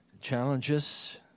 challenges